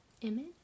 image